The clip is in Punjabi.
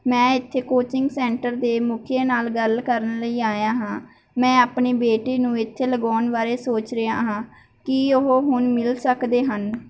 ਮੈਂ ਇੱਥੇ ਕੋਚਿੰਗ ਸੈਂਟਰ ਦੇ ਮੁਖੀਏ ਨਾਲ ਗੱਲ ਕਰਨ ਲਈ ਆਇਆ ਹਾਂ ਮੈਂ ਆਪਣੇ ਬੇਟੇ ਨੂੰ ਇੱਥੇ ਲਗਾਉਣ ਬਾਰੇ ਸੋਚ ਰਿਹਾ ਹਾਂ ਕੀ ਉਹ ਹੁਣ ਮਿਲ ਸਕਦੇ ਹਨ